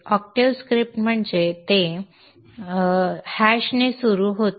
octave script म्हणजे ते ने सुरू होते